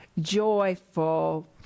joyful